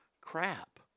Crap